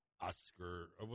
Oscar